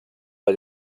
bei